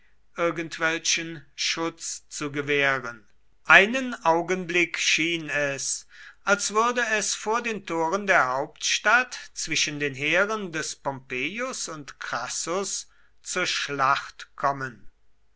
irgendwelchen schutz zu gewähren einen augenblick schien es als würde es vor den toren der hauptstadt zwischen den heeren des pompeius und crassus zur schlacht kommen